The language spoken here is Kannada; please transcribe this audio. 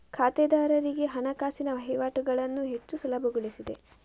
ಖಾತೆದಾರರಿಗೆ ಹಣಕಾಸಿನ ವಹಿವಾಟುಗಳನ್ನು ಹೆಚ್ಚು ಸುಲಭಗೊಳಿಸಿದೆ